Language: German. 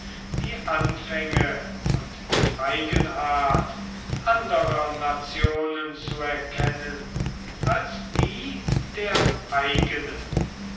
die anfänge und die eigenart anderer nationen zu erkennen als die der eigenen